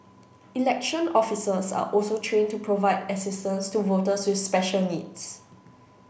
election officers are also trained to provide assistance to voters with special needs